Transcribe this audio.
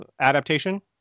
adaptation